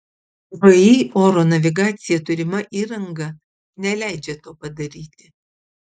vį oro navigacija turima įranga neleidžia to padaryti